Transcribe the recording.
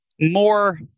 more